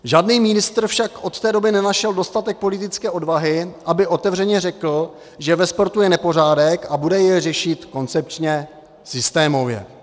Žádný ministr však od té doby nenašel dostatek politické odvahy, aby otevřeně řekl, že ve sportu je nepořádek, a bude jej řešit koncepčně, systémově.